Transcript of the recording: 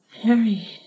Harry